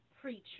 preacher